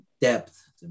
depth